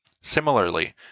Similarly